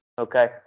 Okay